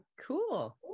Cool